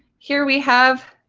here we have